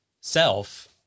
self